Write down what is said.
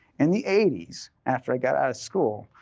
and the eighty s after i got out of school,